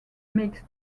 makes